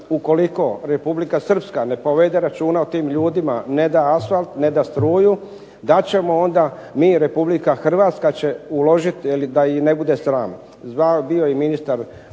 ukoliko Republika Srpska ne povede računa o tim ljudima, ne da asfalt struju, da će onda Republike Hrvatska uložiti da ih ne bude sram. Zvao je i ministar